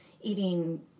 eating